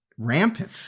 rampant